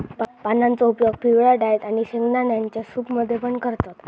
पानांचो उपयोग पिवळ्या डाळेत आणि शेंगदाण्यांच्या सूप मध्ये पण करतत